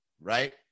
right